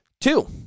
Two